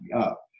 up